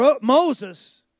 Moses